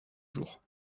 jours